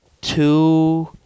two